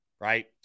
right